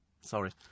Sorry